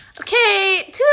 okay